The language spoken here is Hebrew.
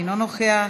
אינו נוכח,